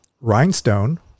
Rhinestone